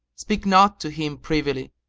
speak not to him privily,